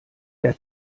der